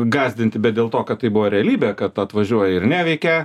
gąsdinti bet dėl to kad tai buvo realybė kad atvažiuoji ir neveikia